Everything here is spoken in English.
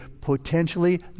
potentially